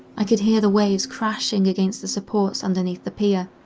i could hear the waves crashing against the supports underneath the pier,